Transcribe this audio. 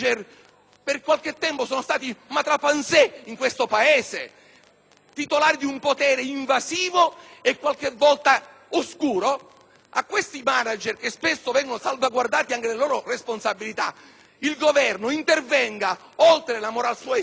per qualche tempo sono stati *maître à penser* in questo Paese, titolari di un potere invasivo e qualche volta oscuro. Rispetto a tali manager, che spesso vengono salvaguardati nelle loro responsabilità, il Governo intervenga oltre la *moral suasion*,